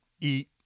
eat